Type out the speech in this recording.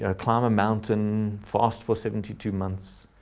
ah climb a mountain fast for seventy two months.